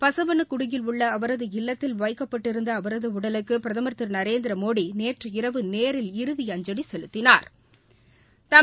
பசவனக்குடியில் உள்ள அவரது இல்லத்தில் வைக்கப்பட்டிருந்த அவரது உடலுக்கு பிரதம் திரு நரேந்திரமோடி நேற்று இரவு நேரில் இறுதி அஞ்சலி செலுத்தினாா்